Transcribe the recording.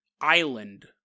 island